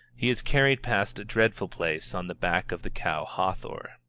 he is carried past a dreadful place on the back of the cow hathor.